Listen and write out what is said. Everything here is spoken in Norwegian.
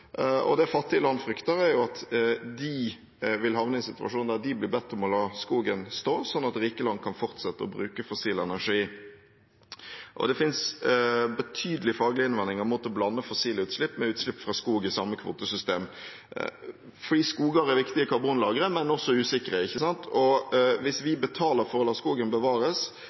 Det fattige land frykter, er at de vil havne i en situasjon der de blir bedt om å la skogen stå, slik at rike land kan fortsette å bruke fossil energi. Det finnes betydelige faglige innvendinger mot å blande fossile utslipp med utslipp fra skog i samme kvotesystem – fordi skoger er viktige karbonlagrere, men også usikre, ikke sant? Hvis vi